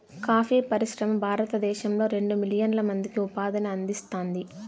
coffee పరిశ్రమ భారతదేశంలో రెండు మిలియన్ల మందికి ఉపాధిని అందిస్తాంది